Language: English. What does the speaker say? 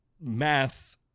math